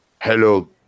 Hello